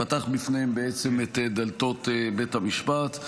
פתח בפניהם בעצם את דלתות בית המשפט.